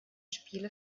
spiele